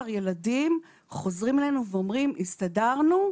ילדים חוזרים אלינו ואומרים - הסתדרנו,